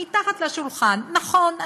מתחת לשולחן: נכון,